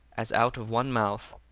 as out of one mouth,